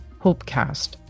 Hopecast